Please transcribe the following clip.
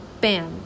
bam